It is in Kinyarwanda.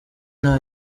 nta